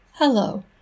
Hello